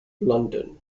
london